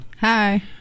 Hi